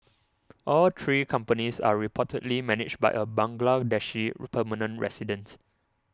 all three companies are reportedly managed by a Bangladeshi permanent resident